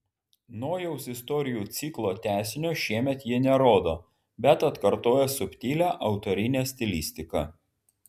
nojaus istorijų ciklo tęsinio šiemet ji nerodo bet atkartoja subtilią autorinę stilistiką